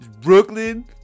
Brooklyn